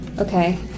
okay